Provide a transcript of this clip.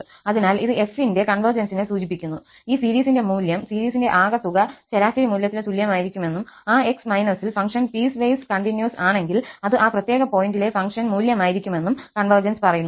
അതിനാൽ ഇത് f ന്റെ കൺവെർജൻസിനെ സൂചിപ്പിക്കുന്നു ഈ സീരീസിന്റെ മൂല്യം സീരീസിന്റെ ആകെത്തുക ശരാശരി മൂല്യത്തിന് തുല്യമായിരിക്കുമെന്നും ആ x ൽ ഫംഗ്ഷൻ പീസ്വൈസ് കണ്ടിന്യൂസ് ആണെങ്കിൽ അത് ആ പ്രത്യേക പോയിന്റിലെ ഫംഗ്ഷൻ മൂല്യമായിരിക്കുമെന്നും കൺവെർജൻസ് പറയുന്നു